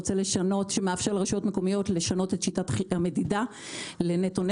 שמאפשר לרשויות מקומיות לשנות את שיטת המדידה לנטו-נטו.